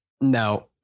no